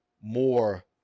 more